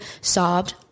sobbed